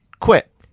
Quit